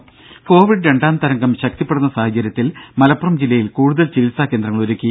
ദ്ദേ കോവിഡ് രണ്ടാംതരംഗം ശക്തിപ്പെടുന്ന സാഹചര്യത്തിൽ മലപ്പുറം ജില്ലയിൽ കൂടുതൽ ചികിത്സാ കേന്ദ്രങ്ങൾ ഒരുക്കി